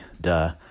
duh